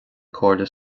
comhairle